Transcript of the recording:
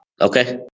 okay